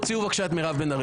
תוציאו בבקשה את מירב בן ארי.